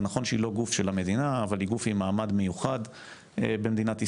זה נכון שהיא לא גוף של המדינה אבל היא גוף עם מעמד מיוחד במדינת ישראל,